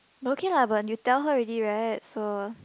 but okay lah but you tell already right so